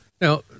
Now